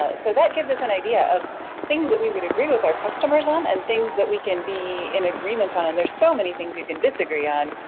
ah so that gives us an idea of things that we would agree with our customers on, and things that we can be in agreement on, and there's so many things you can disagree on,